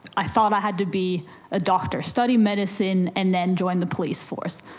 i thought i had to be a doctor, study medicine and then join the police force,